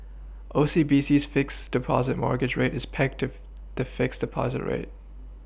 OCBC's fixed Deposit mortgage rate is the fixed Deposit rate